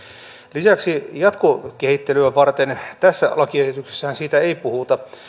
lisäksi jatkokehittelyä varten tässä lakiesityksessähän siitä ei puhuta